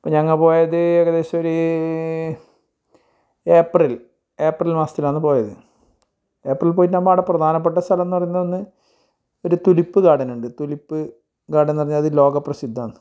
അപ്പം ഞങ്ങൾ പോയത് ഏകദേശമൊരു ഏപ്രിൽ ഏപ്രിൽ മാസത്തിലാണ് പോയത് ഏപ്രിൽ പോയി നമ്മൾ അവിടെ പ്രധാനപ്പെട്ട സ്ഥലം എന്ന് പറയുന്നൊന്ന് ഒരു തുലിപ്പ് ഗാഡനുണ്ട് തുലിപ്പ് ഗാഡൻന്ന് പറഞ്ഞാൽ അത് ലോക പ്രസിദ്ധാന്ന്